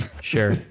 sure